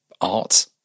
art